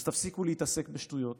אז תפסיקו להתעסק בשטויות